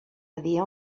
dia